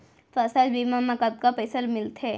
फसल बीमा म कतका पइसा मिलथे?